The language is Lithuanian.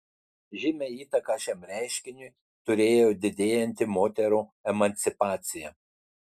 žymią įtaką šiam reiškiniui turėjo didėjanti moterų emancipacija